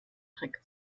trick